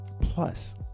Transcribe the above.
Plus